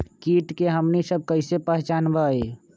किट के हमनी सब कईसे पहचान बई?